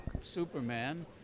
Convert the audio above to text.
Superman